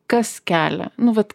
kas kelia nu vat